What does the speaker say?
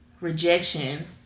Rejection